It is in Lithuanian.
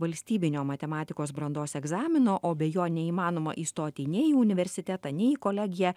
valstybinio matematikos brandos egzamino o be jo neįmanoma įstoti nei į universitetą nei į kolegiją